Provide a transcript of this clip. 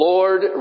Lord